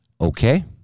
Okay